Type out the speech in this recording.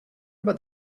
about